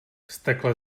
vztekle